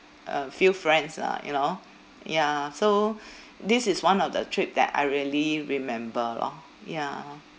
a few friends lah you know ya so this is one of the trip that I really remember lor ya